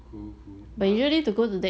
cool cool i~